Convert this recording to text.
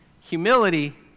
Humility